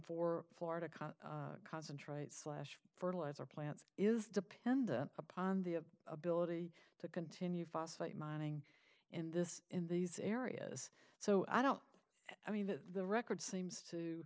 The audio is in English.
four florida cars concentrate slash fertilizer plants is dependent upon the ability to continue phosphate mining in this in these areas so i don't i mean the record seems to